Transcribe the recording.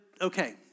okay